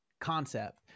concept